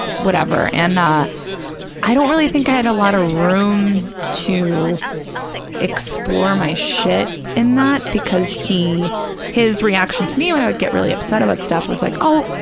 whatever, and i i don't really think i had a lot of room to explore my shit in that, because his reaction to me when i would get really upset about stuff was like, oh,